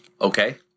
Okay